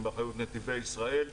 הם באחריות נתיבי ישראל,